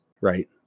right